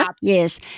Yes